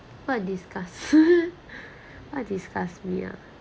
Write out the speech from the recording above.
what disgust what disgust me ah